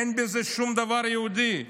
אין בזה שום דבר יהודי.